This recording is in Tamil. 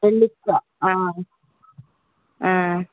டெலிஸ்ஸா ஆ ஆ